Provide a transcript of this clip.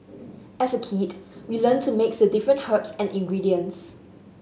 as a kid we learnt to mix the different herbs and ingredients